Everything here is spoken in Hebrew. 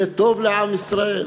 יהיה טוב לעם ישראל.